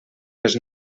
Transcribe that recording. les